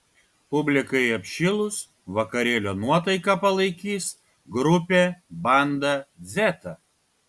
publikai apšilus vakarėlio nuotaiką palaikys grupė banda dzeta